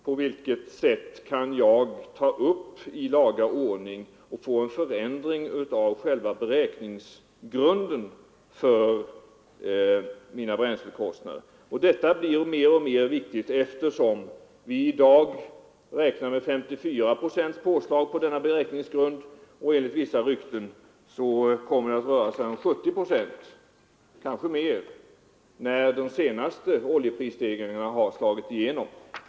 På vilket sätt kan man i laga ordning få en förändring av själva beräkningsgrunden för sina bränslekostnader? Detta blir mer och mer viktigt, eftersom vi i dag räknar med 54 procents bränsletillägg ovanpå denna beräkningsgrund. Och enligt vissa rykten kommer det att röra sig om 70 procent — kanske mer — när de senaste oljeprisstegringarna har slagit igenom.